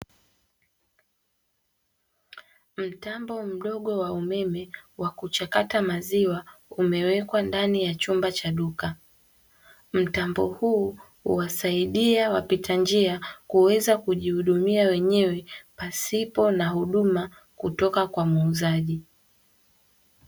Mtambo mdogo wa umeme wa kuchakata maziwa umewekwa katika chumba cha duka. Mtambo huu husaidia wapita njia kuweza kujihudumia wenyewe pasipo kutoka kwa muuzaji.